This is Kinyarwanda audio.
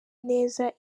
neza